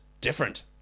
different